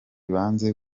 banze